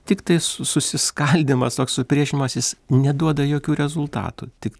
tiktai su susiskaldymas toks supriešinimasis neduoda jokių rezultatų tik